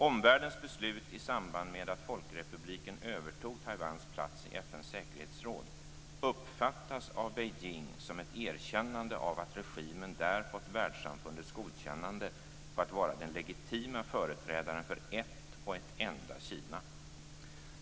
Omvärldens beslut i samband med att Folkrepubliken övertog Taiwans plats i FN:s säkerhetsråd uppfattas av Beijing som ett erkännande av att regimen där fått världssamfundets godkännande när det gäller att vara den legitima företrädaren för ett och ett enda Kina.